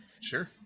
sure